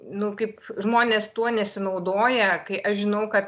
nu kaip žmonės tuo nesinaudoja kai aš žinau kad